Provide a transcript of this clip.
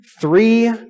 Three